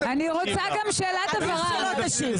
יתרים עובד בין כתלי מוסד ממשלתי לטובת מפלגה,